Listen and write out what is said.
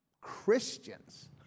Christians